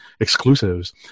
exclusives